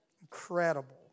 Incredible